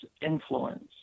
influence